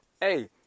Hey